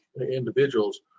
individuals